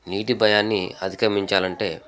నీటి భయాన్ని అధిగమించాలంటే